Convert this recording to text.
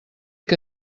que